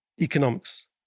economics